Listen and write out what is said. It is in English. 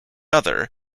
other